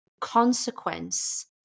consequence